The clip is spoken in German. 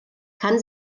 kann